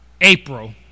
April